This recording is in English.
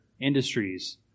industries